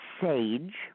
sage